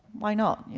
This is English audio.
why not? yeah